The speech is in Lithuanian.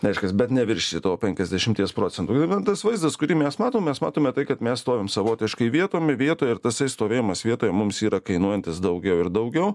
reiškias bet neviršyt to penkiasdešimties procentų elementas vaizdas kurį mes matom mes matome tai kad mes stovime savotiškai vietom vietoje ir tasai stovėjimas vietoje mums yra kainuojantis daugiau ir daugiau